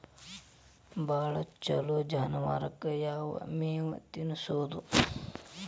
ಭಾಳ ಛಲೋ ಜಾನುವಾರಕ್ ಯಾವ್ ಮೇವ್ ತಿನ್ನಸೋದು?